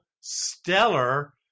stellar